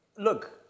Look